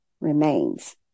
remains